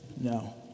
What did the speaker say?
No